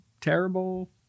terrible